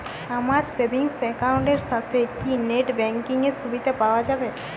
আমার savings account এর সাথে কি নেটব্যাঙ্কিং এর সুবিধা পাওয়া যাবে?